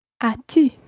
As-tu